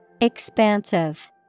Expansive